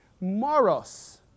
moros